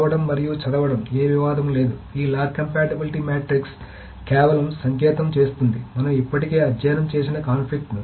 చదవడం మరియు చదవడం ఏ వివాదం లేదు ఈ లాక్ కంపాటిబిలిటీ మాట్రిక్స్ కేవలం సంకేతం చేస్తుంది మనం ఇప్పటికే అధ్యయనం చేసిన కాన్ఫ్లిక్ట్ ను